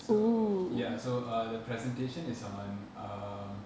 so ya so uh the presentation is on um